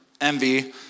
envy